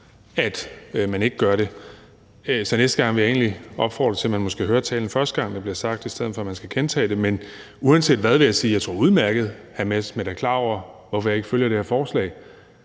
at man ikke gør det. Så næste gang vil jeg egentlig opfordre til, at man måske hører det, første gang det bliver sagt, i stedet for at jeg skal gentage det. Men uanset hvad vil jeg sige: Jeg tror, at hr. Morten Messerschmidt udmærket er klar over, hvorfor jeg ikke følger det her forslag.